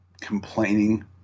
complaining